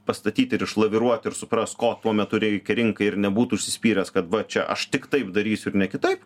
pastatyt ir išlaviruot ir suprast ko tuo metu reikia rinkai ir nebūt užsispyręs kad va čia aš tik taip darysiu ir ne kitaip